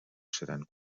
seran